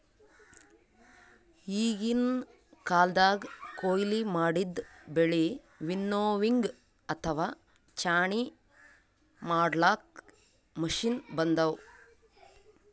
ಈಗಿನ್ ಕಾಲ್ದಗ್ ಕೊಯ್ಲಿ ಮಾಡಿದ್ದ್ ಬೆಳಿ ವಿನ್ನೋವಿಂಗ್ ಅಥವಾ ಛಾಣಿ ಮಾಡ್ಲಾಕ್ಕ್ ಮಷಿನ್ ಬಂದವ್